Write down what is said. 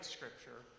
Scripture